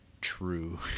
true